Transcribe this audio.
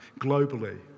globally